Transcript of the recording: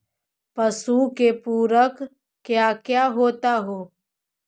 पशु के पुरक क्या क्या होता हो?